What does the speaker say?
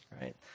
right